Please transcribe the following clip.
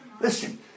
Listen